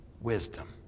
Wisdom